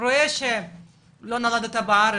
הוא רואה שלא נולדת בארץ,